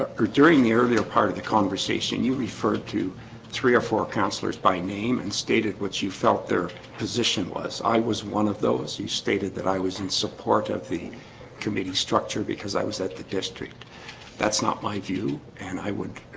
ah who during the earlier part of the conversation you referred to three or four councillors by name and stated what you felt their? position was i was one of those he stated that i was in support of the committee structure because i was at the district that's not my view and i would